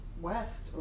west